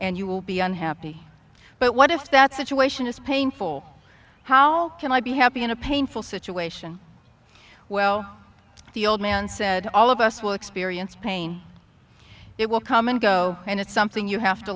and you will be unhappy but what if that situation is painful how can i be happy in a painful situation well the old man said all of us will experience pain it will come and go and it's something you have to